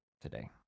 today